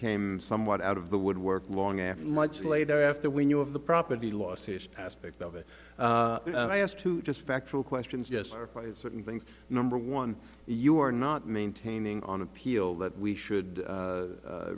came somewhat out of the woodwork long after much later after we knew of the property losses aspect of it i asked to just factual questions just certain things number one you are not maintaining on appeal that we should